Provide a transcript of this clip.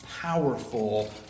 powerful